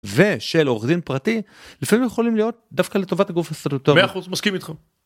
ושל עורך דין פרטי לפעמים יכולים להיות דווקא לטובת הגוף הסטטוטורי.מאה אחוז מסכים איתך